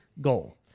goal